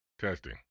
testing